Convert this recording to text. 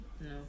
No